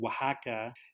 Oaxaca